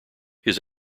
his